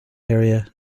area